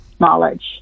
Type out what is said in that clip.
knowledge